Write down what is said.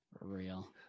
Real